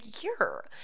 year